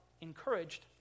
encouraged